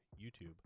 youtube